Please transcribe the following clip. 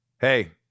hey